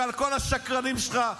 ועל כל השקרנים שלך,